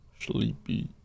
Sleepy